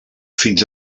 fins